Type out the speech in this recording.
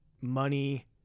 money